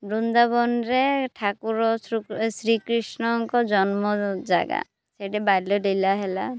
ବୃନ୍ଦାବନରେ ଠାକୁର ଶ୍ରୀକୃଷ୍ଣଙ୍କ ଜନ୍ମ ଜାଗା ସେଇଠି ବାଲ୍ୟ ଲୀଳା ହେଲା